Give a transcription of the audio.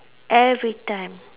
every time